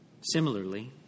Similarly